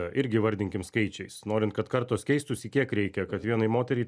irgi įvardinkim skaičiais norint kad kartos keistųsi kiek reikia kad vienai moteriai